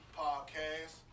podcast